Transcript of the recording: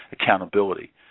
accountability